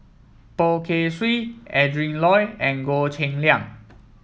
Poh Kay Swee Adrin Loi and Goh Cheng Liang